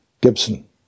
Gibson